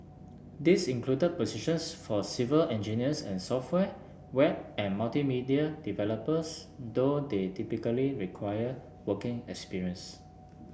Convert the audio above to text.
these included positions for civil engineers and software web and multimedia developers though they typically required working experience